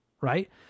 Right